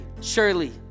Surely